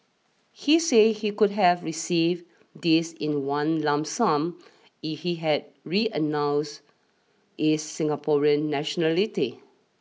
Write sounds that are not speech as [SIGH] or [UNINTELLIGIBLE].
he said he would have received this in one lump sum [UNINTELLIGIBLE] he had renounced his Singaporean nationality